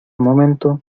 momento